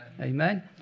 Amen